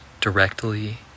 directly